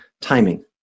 timing